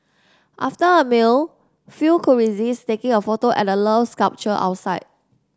after a meal few could resist taking a photo at the Love sculpture outside